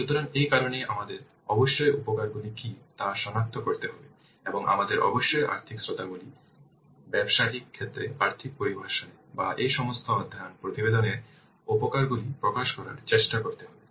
সুতরাং এই কারণেই আমাদের অবশ্যই উপকারগুলি কী তা সনাক্ত করতে হবে এবং আমাদের অবশ্যই আর্থিক শর্তাবলী ব্যবসায়িক ক্ষেত্রে আর্থিক পরিভাষায় বা এই সম্ভাব্য অধ্যয়ন প্রতিবেদনে উপকারগুলি প্রকাশ করার চেষ্টা করতে হবে